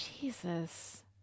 Jesus